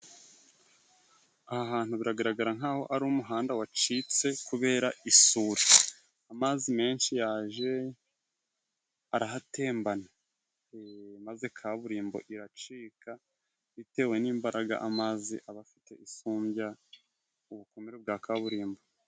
Aha hantu biragaragara nkaho ari umuhanda wacitse kubera isuri, amazi menshi yaje arahatembana, maze kaburimbo iracika bitewe n'imbaraga amazi aba afite isumbya ubukomere bwa kaburimbo.